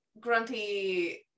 grumpy